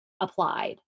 applied